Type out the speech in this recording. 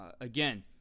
Again